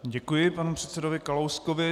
Děkuji panu předsedovi Kalouskovi.